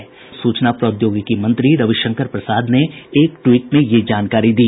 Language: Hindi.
संचार और सूचना प्रौद्योगिकी मंत्री रवि शंकर प्रसाद ने एक टवीट में यह जानकारी दी